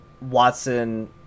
Watson